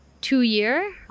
two-year